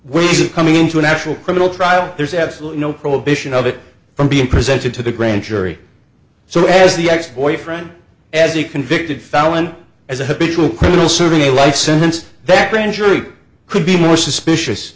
ways of coming to an actual criminal trial there's absolutely no prohibition of it from being presented to the grand jury so as the ex boyfriend as a convicted felon as a habitual criminal serving a life sentence that grand jury could be more suspicious